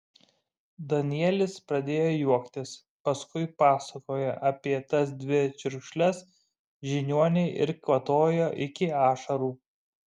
danielis pradėjo juoktis paskui pasakojo apie tas dvi čiurkšles žiniuonei ir kvatojo iki ašarų